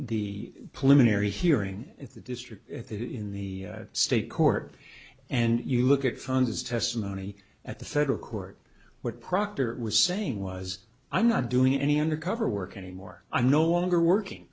area hearing in the district in the state court and you look at fund his testimony at the federal court what proctor was saying was i'm not doing any undercover work anymore i'm no longer working